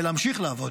ולהמשיך לעבוד.